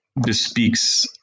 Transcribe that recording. bespeaks